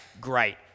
great